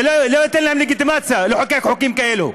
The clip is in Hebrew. זה לא ייתן להם לגיטימציה לחוקק חוקים כאלה.